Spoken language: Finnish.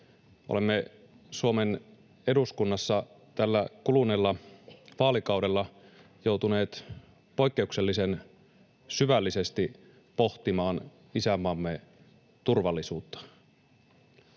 Olemme Suomen eduskunnassa tällä kuluneella vaalikaudella joutuneet poikkeuksellisen syvällisesti pohtimaan isänmaamme turvallisuutta.